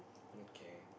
okay